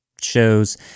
shows